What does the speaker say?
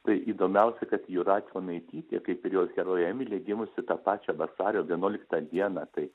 tai įdomiausia kad jūratė onaitytė kaip ir jos herojė emilė gimusi tą pačią vasario vienuoliktą dieną tai